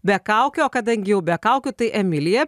be kaukių o kadangi jau be kaukių tai emilija